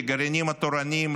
לגרעינים התורניים,